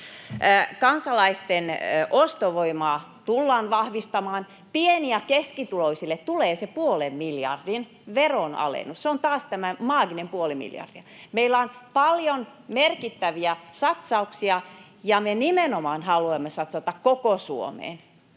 Kansalaisten ostovoimaa tullaan vahvistamaan. Pieni- ja keskituloisille tulee puolen miljardin veronalennus: se on taas tämä maaginen puoli miljardia. Meillä on paljon merkittäviä satsauksia, ja me nimenomaan haluamme satsata koko Suomeen.